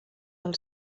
del